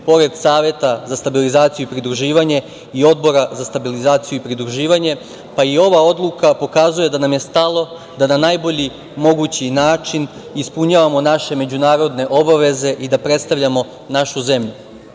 pored Saveta za stabilizaciju i pridruživanje i Odbora za stabilizaciju i pridruživanje, pa i ova odluka pokazuje da nam je stalo da na najbolji mogući način ispunjavamo naše međunarodne obaveze i da predstavljamo našu zemlju. Kada